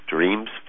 Dreams